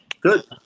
Good